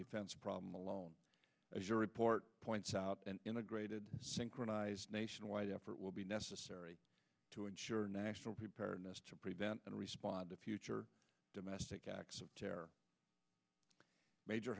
defense problem alone as your report points out an integrated synchronized nationwide effort will be necessary to ensure national preparedness to prevent and respond to future domestic acts of terror major